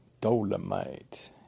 Dolomite